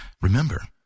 Remember